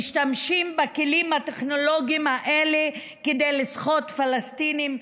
משתמשים בכלים הטכנולוגיים האלה כדי לסחוט פלסטינים,